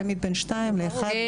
תמיד בין שניים לאחד,